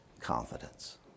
confidence